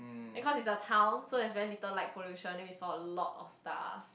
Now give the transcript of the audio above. and cause it's a town so there is very little light pollution then we saw a lot of stars